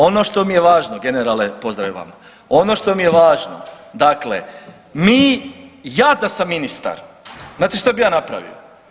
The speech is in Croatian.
Ono što mi je važno, generale, pozdrav i vama, ono što mi je važno, dakle mi, ja da sam ministar, znate što bi ja napravio?